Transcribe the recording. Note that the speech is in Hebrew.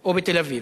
או בתל-אביב?